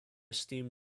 steam